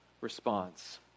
response